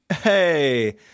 Hey